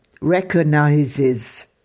recognizes